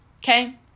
Okay